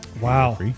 wow